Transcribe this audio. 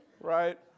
Right